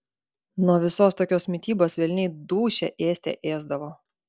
nuo visos tokios mitybos velniai dūšią ėste ėsdavo